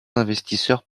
investisseurs